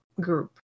group